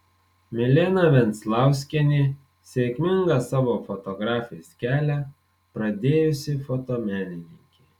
milena venclauskienė sėkmingą savo fotografės kelią pradėjusi fotomenininkė